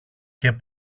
και